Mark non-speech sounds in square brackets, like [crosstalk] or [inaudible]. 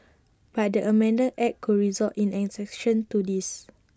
but the amended act could result in an exception to this [noise]